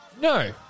No